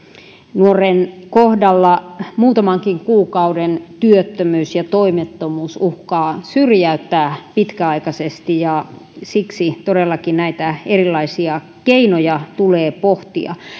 nuoren kohdalla muutamankin kuukauden työttömyys ja toimettomuus uhkaavat syrjäyttää pitkäaikaisesti ja siksi todellakin näitä erilaisia keinoja tulee pohtia